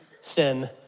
sin